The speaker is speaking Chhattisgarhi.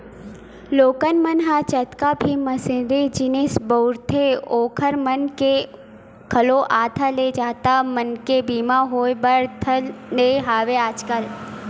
लोगन मन ह जतका भी मसीनरी जिनिस बउरथे ओखर मन के घलोक आधा ले जादा मनके बीमा होय बर धर ने हवय आजकल